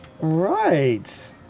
Right